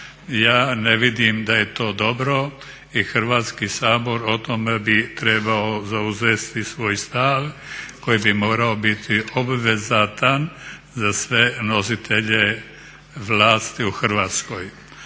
Ja ne vidim da je to dobro i Hrvatski sabor o tome bi trebao zauzeti svoj stav koji bi morao biti obvezatan za sve nositelje vlasti u Hrvatskoj.